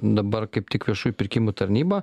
dabar kaip tik viešųjų pirkimų tarnyba